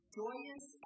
joyous